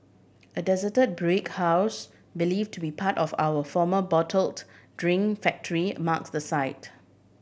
a desert brick house believe to be part of our former bottled drink factory marks the site